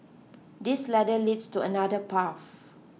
this ladder leads to another path